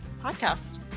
podcast